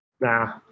Nah